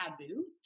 taboo